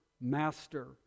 Master